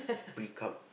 Precum